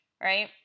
right